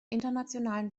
internationalen